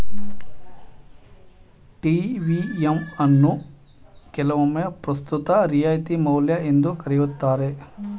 TVM ಅನ್ನು ಕೆಲವೊಮ್ಮೆ ಪ್ರಸ್ತುತ ರಿಯಾಯಿತಿ ಮೌಲ್ಯ ಎಂದು ಕರೆಯುತ್ತಾರೆ